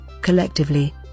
Collectively